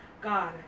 God